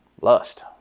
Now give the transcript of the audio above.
Lust